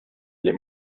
les